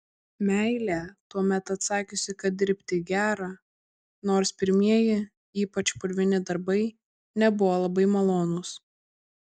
meilė tuomet atsakiusi kad dirbti gera nors pirmieji ypač purvini darbai nebuvo labai malonūs